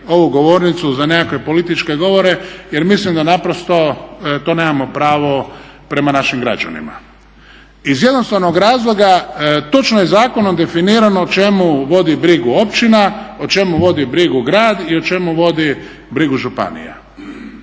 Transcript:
ovu govornicu za nekakve političke govore jer mislim da naprosto to nemamo pravo prema našim građanima. Iz jednostavnog razloga točno je zakonom definirano o čemu vodi brigu općina, o čemu vodi brigu grad i o čemu vodi brigu županija.